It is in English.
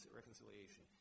reconciliation